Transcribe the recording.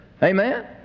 Amen